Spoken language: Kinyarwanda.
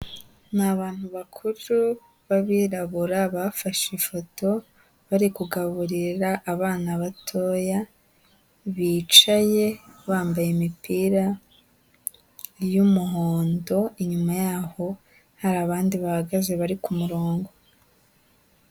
Ni abantu bakuru b'abirabura bafashe ifoto, bari kugaburira abana batoya, bicaye bambaye imipira y'umuhondo, inyuma yaho hari abandi bahagaze bari ku murongo.